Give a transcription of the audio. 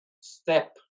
step